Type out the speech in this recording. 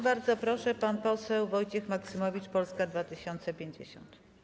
Bardzo proszę, pan poseł Wojciech Maksymowicz, Polska 2050.